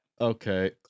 okay